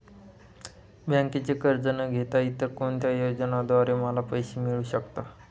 बँकेचे कर्ज न घेता इतर कोणत्या योजनांद्वारे मला पैसे मिळू शकतात?